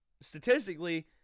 statistically